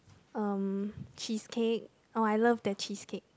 um cheesecake oh I love their cheesecake